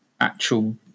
actual